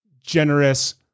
generous